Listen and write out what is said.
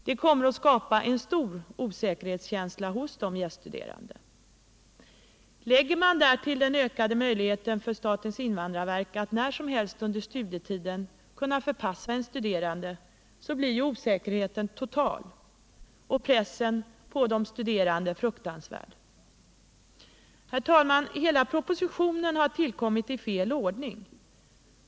Detta kommer att medföra en stor osäkerhetskänsla hos de gäststuderande. Lägger man därtill den ökade möjligheten för statens invandrarverk att när som helst under studietiden förpassa en studerande, så blir osäkerheten total och pressen på de studerande fruktansvärd. Herr talman! Hela propositionen har tillkommit i fel ordning.